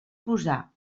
posar